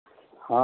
हँ